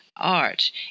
art